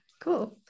cool